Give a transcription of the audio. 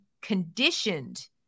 conditioned